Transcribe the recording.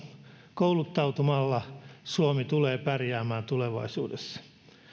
kouluttautumalla suomi tulee pärjäämään tulevaisuudessa